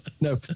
No